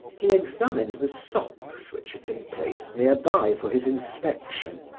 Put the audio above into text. he examined the socks which had been placed nearby for his inspection.